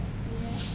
ya